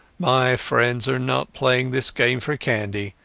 my friends are not playing this game for candy.